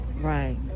Right